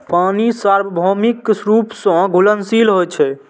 पानि सार्वभौमिक रूप सं घुलनशील होइ छै